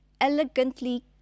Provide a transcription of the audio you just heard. elegantly